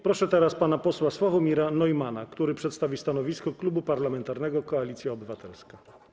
Proszę pana posła Sławomira Neumanna, który przedstawi stanowisko Klubu Parlamentarnego Koalicja Obywatelska.